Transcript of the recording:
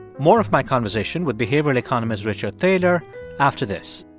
more of my conversation with behavioral economist richard thaler after this